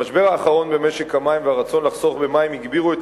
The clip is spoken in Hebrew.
המשבר האחרון במשק המים והרצון לחסוך במים הגבירו את